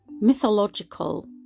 mythological